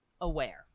aware